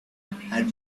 had